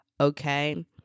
okay